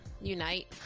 unite